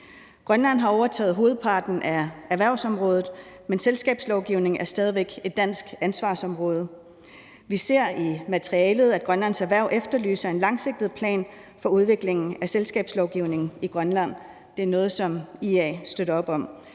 Grønland har overtaget hovedparten af erhvervsområdet, men selskabslovgivningen er stadig væk et dansk ansvarsområde. Vi ser i materialet, at Grønlands Erhverv efterlyser en langsigtet plan for udviklingen af selskabslovgivningen i Grønland. Det er noget, som IA støtter op om.